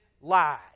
lied